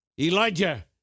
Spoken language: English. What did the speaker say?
Elijah